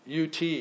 UT